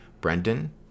Brendan